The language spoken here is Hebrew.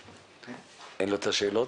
לא,